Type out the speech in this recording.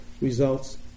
results